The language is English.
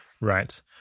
Right